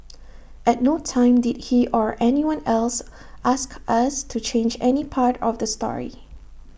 at no time did he or anyone else ask us to change any part of the story